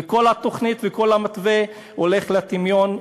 וכל התוכנית וכל המתווה הולכים לטמיון.